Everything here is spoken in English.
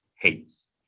hates